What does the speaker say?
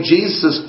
Jesus